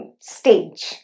stage